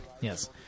Yes